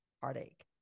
heartache